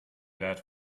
dad